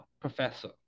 professor